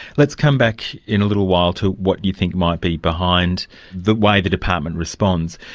let's come back in a little while to what you think might be behind the way the department responds.